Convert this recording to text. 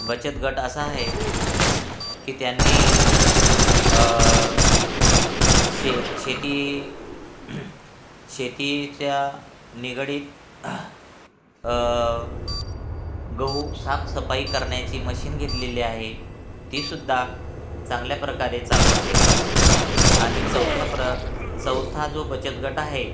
बचत गट असा आहे की त्यांनी शे शेती शेतीच्या निगडीत गहू साफसफाई करण्याची मशीन घेतलेली आहे ती सुद्धा चांगल्या प्रकारे चालू आहे आणि चौथ्या प्र चौथा जो बचत गट आहे